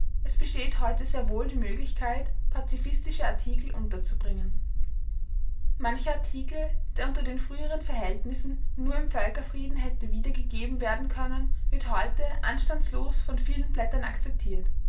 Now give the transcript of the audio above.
es besteht heute sehr wohl die möglichkeit pazifistische artikel unterzubringen mancher artikel der unter den früheren verhältnissen nur im völkerfrieden hätte wiedergegeben werden können wird heute anstandslos von vielen blättern akzeptiert